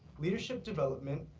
leadership development,